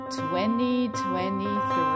2023